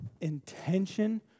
intention